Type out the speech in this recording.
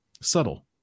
Subtle